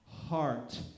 heart